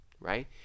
Right